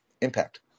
impact